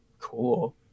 Cool